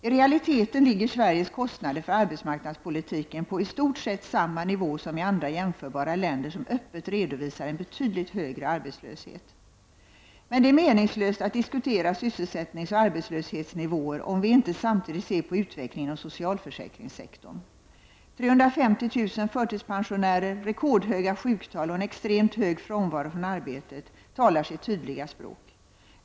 I realiteten ligger Sveriges kostnader för arbetsmarknadspolitiken på i stort sett samma nivå som i andra jämförbara länder som öppet redovisar en betydligt högre arbetslöshet. Men det är meningslöst att diskutera sysselsättningsoch arbetslöshetsnivåer om vi inte samtidigt ser på utvecklingen inom socialförsäkringssektorn. 350 000 förtidspensionärer, rekordhöga sjuktal och en extremt hög frånvaro från arbetet talar sitt tydliga språk.